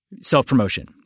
self-promotion